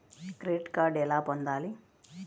Credit card ఎలా పొందాలి?